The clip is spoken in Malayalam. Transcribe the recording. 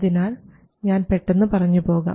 അതിനാൽ ഞാൻ പെട്ടെന്ന് പറഞ്ഞു പോകാം